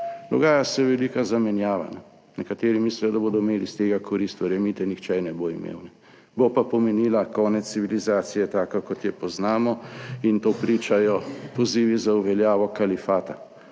Dogaja se velika zamenjava. Nekateri mislijo, da bodo imeli iz tega korist, verjemite, nihče ne bo imel, bo pa pomenila konec civilizacije taka kot jo poznamo in to pričajo pozivi za uveljavo kalifata